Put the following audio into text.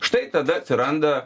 štai tada atsiranda